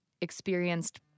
experienced